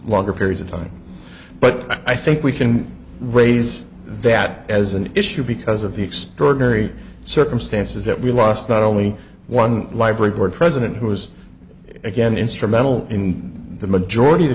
longer periods of time but i think we can raise that as an issue because of the extraordinary circumstances that we lost not only one library board president who was again instrumental in the majority of